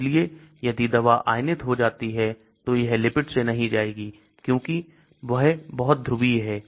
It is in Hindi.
इसलिए यदि दवा आएनित हो जाती है तो यह lipid से नहीं जाएगी क्योंकि वह बहुत ध्रुवीय हैं